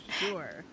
sure